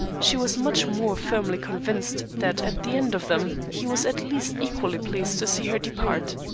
she was much more firmly convinced that at the end of them he was at least equally pleased to see her depart.